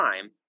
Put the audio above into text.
time